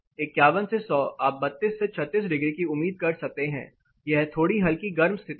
51 से 100 आप 32 से 36 डिग्री की उम्मीद कर सकते हैं यह थोड़ी हल्की गर्म स्थिति हैं